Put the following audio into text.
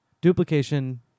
duplication